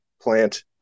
plant